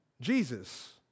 Jesus